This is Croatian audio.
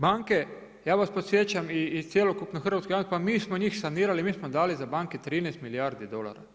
Banke, ja vas podsjećam i cjelokupnu hrvatsku javnost, pa mi smo njih sanirati, mi smo dali za banke 13 milijardi dolara.